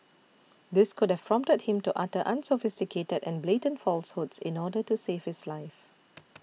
this could have prompted him to utter unsophisticated and blatant falsehoods in order to save his life